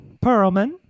Perlman